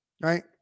right